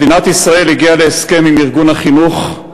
מדינת ישראל הגיעה להסכם עם ארגון החינוך,